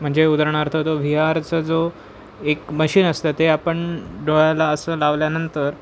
म्हणजे उदाहरणार्थ तो व्ही आरचा जो एक मशीन असतं ते आपण डोळ्याला असं लावल्यानंतर